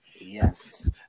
Yes